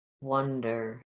Wonder